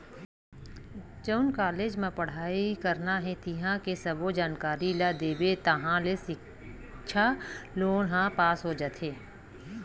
जउन कॉलेज म पड़हई करना हे तिंहा के सब्बो जानकारी ल देबे ताहाँले सिक्छा लोन ह पास हो जाथे